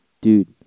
dude